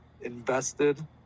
invested